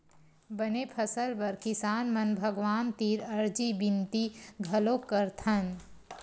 बने फसल बर किसान मन भगवान तीर अरजी बिनती घलोक करथन